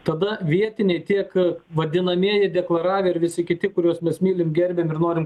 tada vietiniai tiek vadinamieji deklaravę ir visi kiti kuriuos mylim gerbiam ir norim